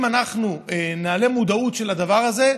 אם אנחנו נעלה את המודעות לדבר הזה,